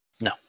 No